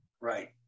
right